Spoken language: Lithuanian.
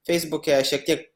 feisbuke šiek tiek